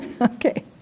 Okay